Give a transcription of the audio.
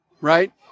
right